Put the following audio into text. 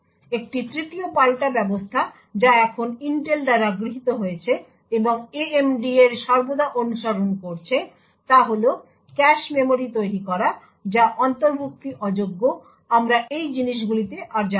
একটি 3য় পাল্টা ব্যবস্থা যা এখন ইন্টেল দ্বারা গৃহীত হয়েছে এবং AMD এর সর্বদা অনুসরণ করেছে তা হল ক্যাশ মেমরি তৈরি করা যা অন্তর্ভুক্তি অযোগ্য আমরা এই জিনিসগুলিতে আর যাব না